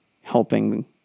helping